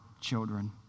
children